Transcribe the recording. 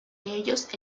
ellos